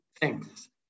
thanks